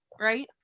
right